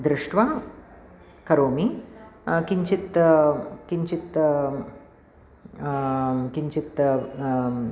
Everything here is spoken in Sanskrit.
दृष्ट्वा करोमि किञ्चित् किञ्चित् किञ्चित्